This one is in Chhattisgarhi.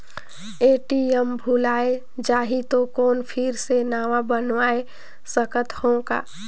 ए.टी.एम भुलाये जाही तो कौन फिर से नवा बनवाय सकत हो का?